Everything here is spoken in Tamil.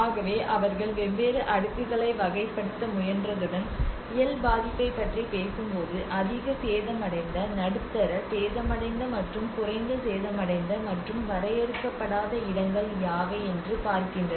ஆகவே அவர்கள் வெவ்வேறு அடுக்குகளை வகைப்படுத்த முயன்றதுடன் இயல் பாதிப்பைப் பற்றி பேசும்போது அதிக சேதமடைந்த நடுத்தர சேதமடைந்த மற்றும் குறைந்த சேதமடைந்த மற்றும் வரையறுக்கப்படாத இடங்கள் யாவை என்று பார்க்கின்றனர்